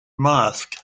masque